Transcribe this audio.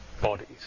bodies